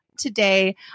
today